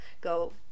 go